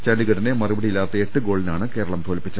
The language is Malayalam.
ചണ്ഡീഗഡിനെ മറുപടിയില്ലാത്ത എട്ട് ഗോളി നാണ് കേരളം തോൽപ്പിച്ചത്